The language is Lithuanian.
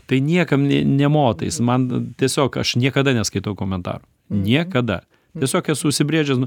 tai niekam nė motais man tiesiog aš niekada neskaitau komentarų niekada tiesiog esu užsibrėžęs nu